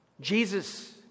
Jesus